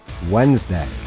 Wednesday